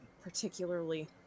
particularly